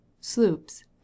sloops